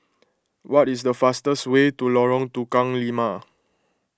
what is the fastest way to Lorong Tukang Lima